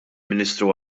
ministru